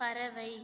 பறவை